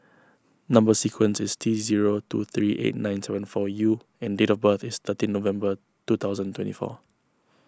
Number Sequence is T zero two three eight nine seven four U and date of birth is thirteen November two thousand and twenty four